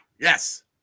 yes